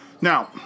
Now